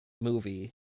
movie